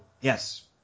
Yes